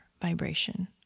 vibration